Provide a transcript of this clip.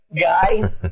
guy